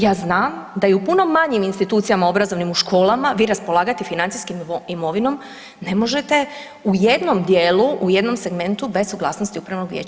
Ja znam da i u puno manjim institucijama obrazovnim u školama vi raspolagati financijskom imovinom ne možete u jednom dijelu, u jednom segmentu bez suglasnosti upravnog vijeća.